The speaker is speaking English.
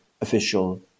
official